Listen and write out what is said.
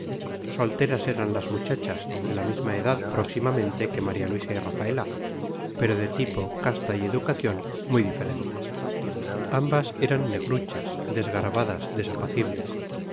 solteras eran las muchachas de la misma edad próximamente que maría luisa y rafaela pero de tipo casta y educación muy diferentes ambas eran negruchas desgarbadas